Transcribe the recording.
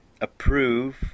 approve